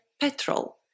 petrol